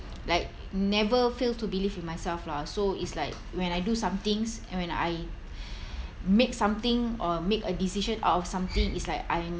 like never fail to believe in myself lah so it's like when I do somethings and when I make something or make a decision out of something it's like I'm